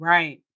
Right